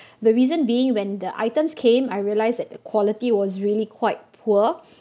the reason being when the items came I realise that equality was really quite poor